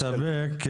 לא, אנחנו נסתפק.